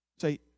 Say